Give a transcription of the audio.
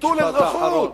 ביטול אזרחות.